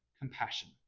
compassion